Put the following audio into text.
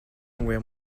were